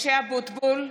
(קוראת בשמות חברי הכנסת) משה אבוטבול,